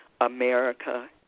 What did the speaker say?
America